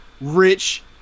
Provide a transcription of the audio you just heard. rich